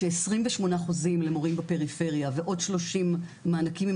ש- 28 חוזים למורים בפריפריה ועוד 30 מענקים עם